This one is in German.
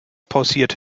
pausiert